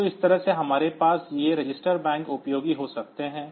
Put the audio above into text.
तो इस तरह से हमारे पास ये रजिस्टर बैंक उपयोगी हो सकते हैं